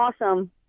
awesome